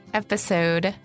episode